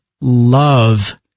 love